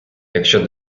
якщо